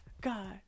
God